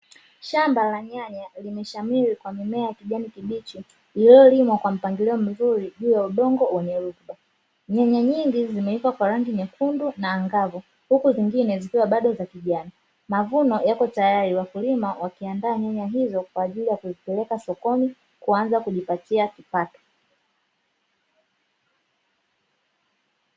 Shamba la nyanya limeshamiri kwa mimea ya kijani kibichi iliyolimwa kwa mpangilio mzuri juu ya udongo wenye rutuba, nyanya nyingi zimeiva kwa rangi nyekundu na angavu huku zingine zikiwa bado za kijani, mavuno yapo tayari wakulima wakiandaa nyanya hizo kwa ajili ya kupeleka sokoni kuanza kujipatia kipato.